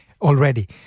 already